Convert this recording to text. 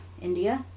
India